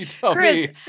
Chris